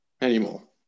anymore